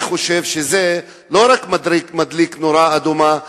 אני חושב שזה לא רק מדליק נורה אדומה,